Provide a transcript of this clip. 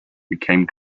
became